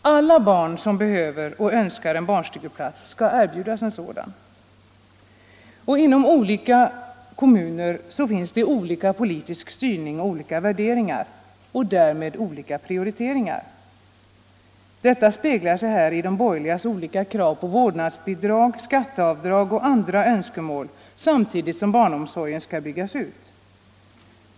Alla barn som behöver och önskar en barnstugeplats skall erbjudas en sådan. Inom olika kommuner finns det olika politisk styrning och olika värderingar och därmed olika prioriteringar. Detta speglar sig här i de borgerligas olika krav på vårdnadsbidrag, skatteavdrag och andra önskemål, samtidigt som barnomsorgen skall byggas ut.